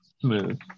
smooth